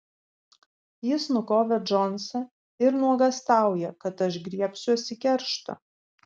jis nukovė džonsą ir nuogąstauja kad aš griebsiuosi keršto